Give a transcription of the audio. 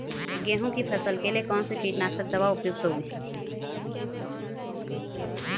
गेहूँ की फसल के लिए कौन सी कीटनाशक दवा उपयुक्त होगी?